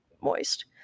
moist